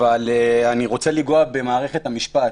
אבל אני רוצה לנגוע במערכת המשפט,